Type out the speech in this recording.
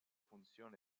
funzione